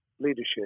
leadership